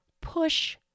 Push